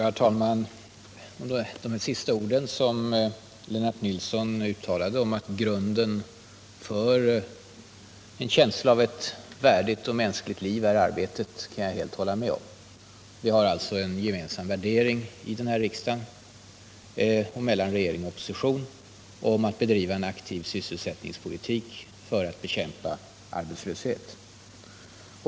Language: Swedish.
Herr talman! De sista orden som Lennart Nilsson uttalade om att grunden för en känsla av värdigt och mänskligt liv är arbete, kan jag helt instämma i. Vi har alltså en gemensam värdering i denna riksdag, mellan regering och opposition, som innebär att man skall bedriva en aktiv sysselsättningspolitik för att bekämpa arbetslöshet.